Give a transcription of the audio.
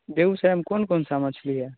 बेगूसराय में कौन कौन सा मछली है